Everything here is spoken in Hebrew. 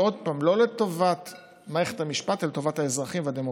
ועוד פעם: לא לטובת מערכת המשפט אלא לטובת האזרחים והדמוקרטיה.